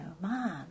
Mom